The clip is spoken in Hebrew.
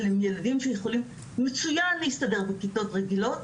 אבל הם ילדים שיכולים מצוין להסתדר בכיתות רגילות,